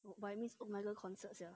but I miss oh my god concert sia